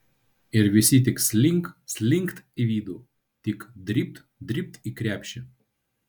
ir visi tik slink slinkt į vidų tik dribt dribt į krepšį